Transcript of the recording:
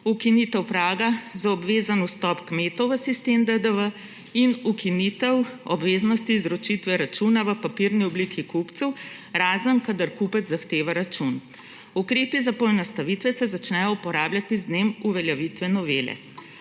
ukinitev praga za obvezen vstop kmetov v sistem DDV in ukinitev obveznosti izročitve računa v papirni obliki kupcu, razen kadar kupec zahteva račun. Ukrepi za poenostavitve se začnejo uporabljati z dnem uveljavitve novele.